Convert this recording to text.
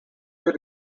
they